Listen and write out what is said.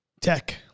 Tech